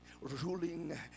ruling